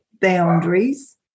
boundaries